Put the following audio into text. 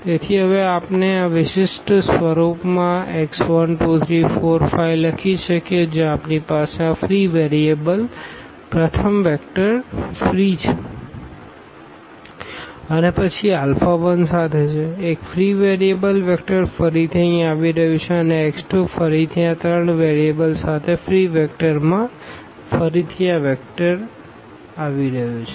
તેથી હવે આપણે આ વિશિષ્ટ સ્વરૂપમાં આ x 1 x 2 x 3 x 4 અને x 5 લખી શકીએ છીએ જ્યાં આપણી પાસે આ ફ્રી વેરિયેબલ્સ પ્રથમ વેક્ટર ફ્રી છે અને પછી આ આલ્ફા 1 સાથે છે એક ફ્રી વેરિયેબલ્સ વેક્ટર ફરીથી અહીં આવી રહ્યું છે અને x 2 ફરીથી આ ત્રણ વેરીએબલ સાથે આ ફ્રી વેક્ટરમાંફરીથી આ વેક્ટર આવી રહ્યું છે